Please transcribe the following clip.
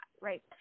right